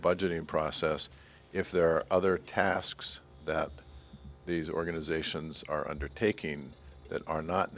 budgeting process if there are other tasks that these organizations are undertaking that are not